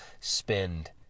spend